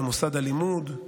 למוסד הלימוד,